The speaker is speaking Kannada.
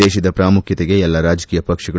ದೇಶದ ಪ್ರಾಮುಖ್ಯತೆಗೆ ಎಲ್ಲಾ ರಾಜಕೀಯ ಪಕ್ಷಗಳು